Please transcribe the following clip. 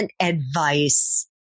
advice